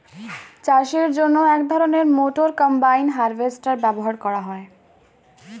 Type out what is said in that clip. চাষের জন্য এক ধরনের মোটর কম্বাইন হারভেস্টার ব্যবহার করা হয়